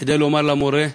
כדי לומר למורה,